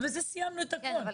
ובזה סיימנו את הכל,